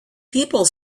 people